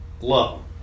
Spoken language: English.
Love